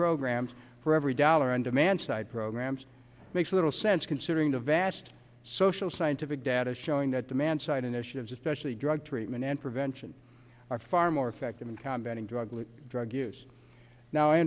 programs for every dollar on demand side programs makes little sense considering the vast social scientific data showing that demand side initiatives especially drug treatment and prevention are far more effective in combat and drug drug use now i